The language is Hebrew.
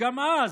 גם אז,